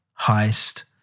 heist